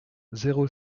zéro